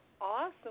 awesome